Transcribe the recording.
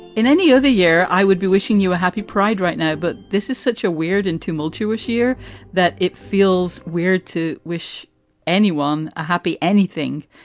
in any other year, i would be wishing you a happy pride right now. but this is such a weird and tumultuous year that it feels weird to wish anyone a happy anything.